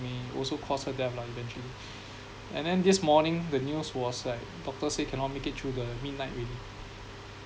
may also cause her death lah eventually and then this morning the news was like doctor say cannot make it through the midnight already